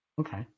Okay